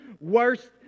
worst